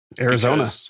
Arizona